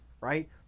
Right